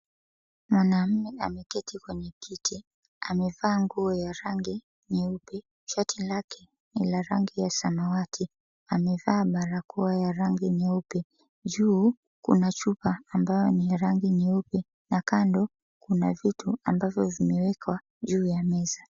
Mwanamume ameketi kwenye kiti. Amevaa nguo ya rangi nyeupe, shati lake ni la rangi ya samawati. Amevaa barakoa ya rangi nyeupe. Juu kuna chupa ambayo ni rangi nyeupe na kando kuna vitu ambavyo vimewekwa juu ya meza.